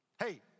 Hey